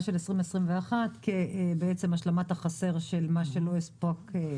של 2021 כהשלמת החסר של מה שלא הספיקו ב-2020.